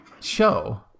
show